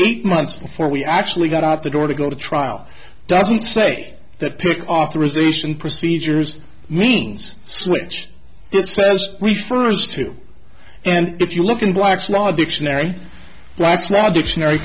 eight months before we actually got out the door to go to trial doesn't say that pick authorisation procedures means switched it says we first too and if you look in black's law dictionary black's law dictionary